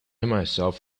myself